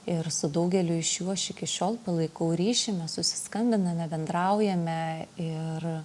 ir su daugeliu iš jų aš iki šiol palaikau ryšį mes susiskambiname bendraujame ir